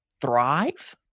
thrive